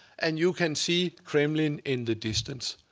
and you can see kremlin in the distance.